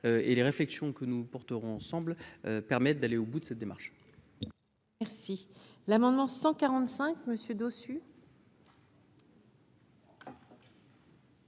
et les réflexions que nous porterons ensemble permettent d'aller au bout de cette démarche. Merci l'amendement 145 Monsieur